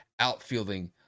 outfielding